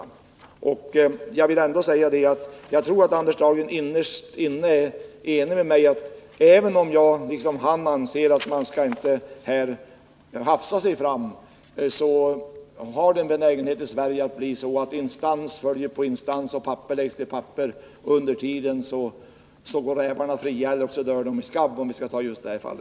Även om jag liksom Anders Dahlgren anser att man inte skall hafsa sig fram tror jag att han innerst inne är ense med mig om att det i Sverige finns en benägenhet att låta instans följa på instans och papper läggas till papper. Under tiden går — i just det här fallet — rävarna fria eller också dör de i skabb.